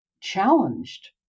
challenged